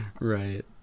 Right